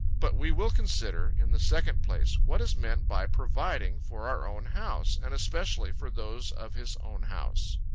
but we will consider in the second place, what is meant by providing for our own house and especially for those of his own house?